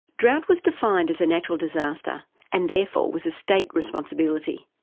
drought was defined as a natural disaster and therefore was a state responsibility.